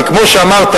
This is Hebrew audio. כי כמו שאמרת,